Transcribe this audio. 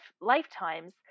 lifetimes